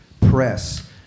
press